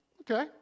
okay